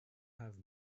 have